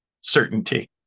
certainty